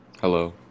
hello